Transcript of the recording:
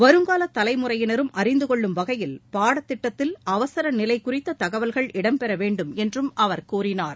வருங்கால தலைமுறையினரும் அறிந்துகொள்ளும் வகையில் பாடத்திட்டத்தில் அவசர நிலை குறித்த தகவல்கள் இடம்பெற வேண்டும் என்றும் அவர் கூறினார்